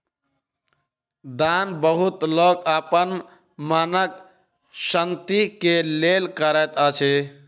दान बहुत लोक अपन मनक शान्ति के लेल करैत अछि